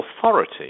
authority